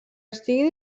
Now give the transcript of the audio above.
estigui